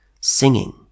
singing